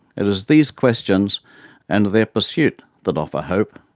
it is these questions and their pursuit that offer hope,